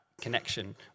connection